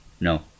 No